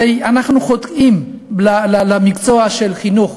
הרי אנחנו חוטאים למקצוע של החינוך,